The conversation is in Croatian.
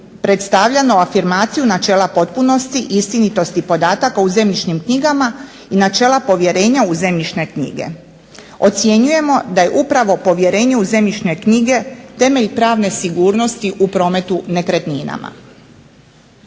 predstavljano afirmaciju načela potpunosti i istinitosti podataka u zemljišnim knjigama i načela povjerenja u zemljišne knjige. Ocjenjujemo da je upravo povjerenje u zemljišne knjige temelj pravne sigurnosti u prometu nekretninama.